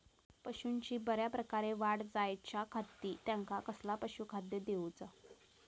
पशूंची बऱ्या प्रकारे वाढ जायच्या खाती त्यांका कसला पशुखाद्य दिऊचा?